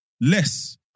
Less